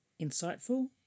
insightful